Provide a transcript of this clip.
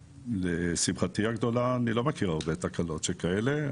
לשמחתי הגדולה אני לא מכיר הרבה תקלות שכאלה.